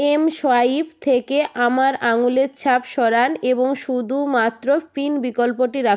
mSwipe থেকে আমার আঙুলের ছাপ সরান এবং শুধুমাত্র পিন বিকল্পটি রাখুন